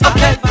Okay